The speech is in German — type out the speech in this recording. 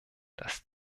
dass